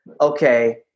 okay